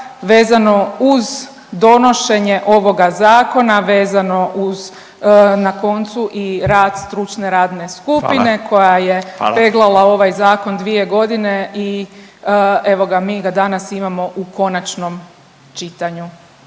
vezano uz donošenje ovoga Zakona, vezano uz, na koncu i rad stručne radne skupine … .../Upadica: Hvala. Hvala./... … koja je peglala ovaj zakon dvije godine i evo ga, mi ga danas imamo u konačnom čitanju.